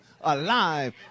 alive